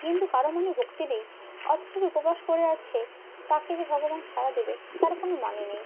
কিন্তু কারও মনে ভক্তি নেই অথচ সে উপবাস করে আছে তাকে যে ভগবান সাড়া দেবে তার কোনও মানে নেই